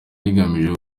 rigamije